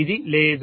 ఇది లేదు